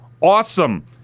Awesome